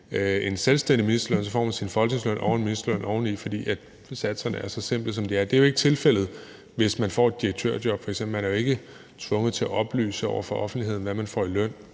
en selvstændig ministerløn – man får sin folketingsløn og ministerløn oveni, fordi satserne er så simple, som de er. Det er jo ikke tilfældet, hvis man får et direktørjob. Man er jo ikke tvunget til at oplyse over for offentligheden, hvad man får i løn,